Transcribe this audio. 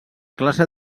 classe